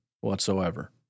whatsoever